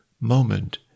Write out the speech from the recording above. moment